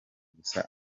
gusa